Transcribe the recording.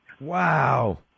Wow